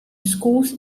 schools